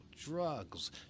drugs